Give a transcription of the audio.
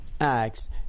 Acts